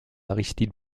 aristide